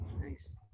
nice